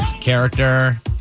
Character